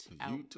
out